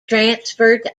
transferred